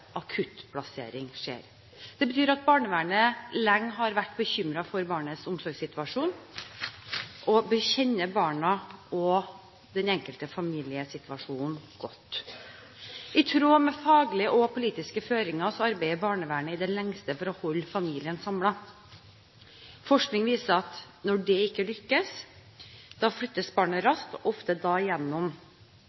akuttplassering skjer. Det betyr at barnevernet lenge har vært bekymret for barnets omsorgssituasjon og bør kjenne barna og den enkelte familiesituasjonen godt. I tråd med faglige og politiske føringer arbeider barnevernet i det lengste for å holde familien samlet. Forskning viser at når dette ikke lykkes, flyttes barnet